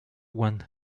one